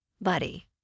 buddy